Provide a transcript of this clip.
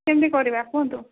କେମିତି କରିବା କୁହନ୍ତୁ